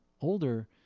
older